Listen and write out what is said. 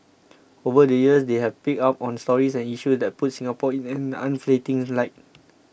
over the years they have picked up on stories and issues that puts Singapore in an unflattering light